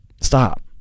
Stop